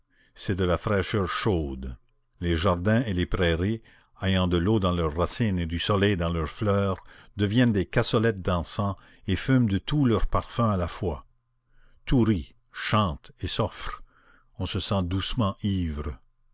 c'est de la fraîcheur chaude les jardins et les prairies ayant de l'eau dans leurs racines et du soleil dans leurs fleurs deviennent des cassolettes d'encens et fument de tous leurs parfums à la fois tout rit chante et s'offre on se sent doucement ivre